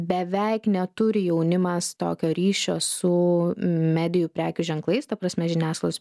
beveik neturi jaunimas tokio ryšio su medijų prekių ženklais ta prasme žiniasklaidos